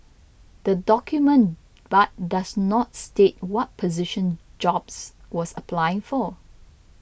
the document but does not state what position Jobs was applying for